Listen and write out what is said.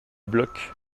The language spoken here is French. bloc